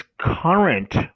current